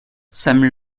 sam